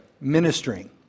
ministering